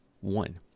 one